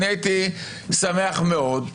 הייתי שמח מאוד,